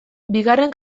bigarren